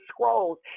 scrolls